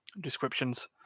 descriptions